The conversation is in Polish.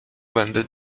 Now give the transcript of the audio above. będę